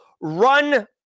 run